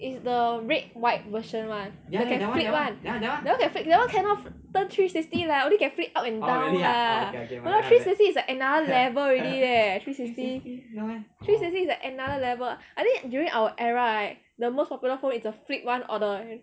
is the red white version one that can flip one that one can flip that one cannot turn three sixty lah only can flip up and down lah !walao! three sixty is like another level already leh three sixty three sixty is another level I think during our era right the most popular phone is the flip one or the